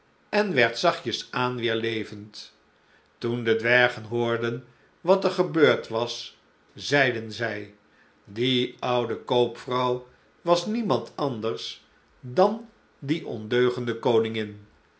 en werd zachtjes aan weêr levend toen de dwergen hoorden wat gebeurd was zeiden zij die oude koopvrouw was niemand anders dan die ondeugende koningin